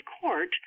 Court